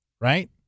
right